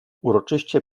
uroczyście